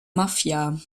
mafia